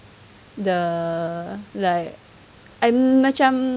the like I'm macam